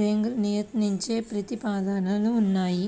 రేంజ్గా నియంత్రించే ప్రతిపాదనలు ఉన్నాయి